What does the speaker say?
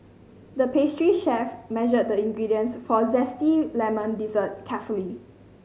the pastry chef measured the ingredients for a zesty lemon dessert carefully